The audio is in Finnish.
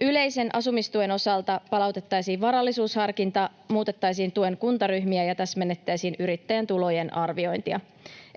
Yleisen asumistuen osalta palautettaisiin varallisuusharkinta, muutettaisiin tuen kuntaryhmiä ja täsmennettäisiin yrittäjän tulojen arviointia.